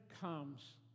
comes